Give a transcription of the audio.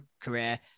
career